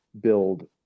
build